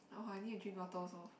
how ah I need to drink water also